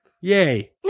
Yay